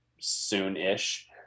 soon-ish